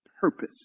Purpose